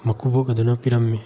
ꯃꯀꯨꯕꯣꯛ ꯑꯗꯨꯅ ꯄꯤꯔꯝꯃꯤ